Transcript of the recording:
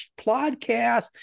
podcast